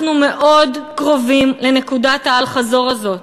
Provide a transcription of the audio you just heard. אנחנו מאוד קרובים לנקודת האל-חזור הזאת,